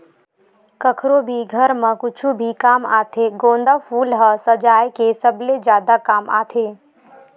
कखरो भी घर म कुछु भी काम आथे गोंदा फूल ह सजाय के सबले जादा काम आथे